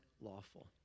lawful